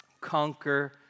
conquer